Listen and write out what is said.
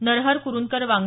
Narhar Kurundkar वाड्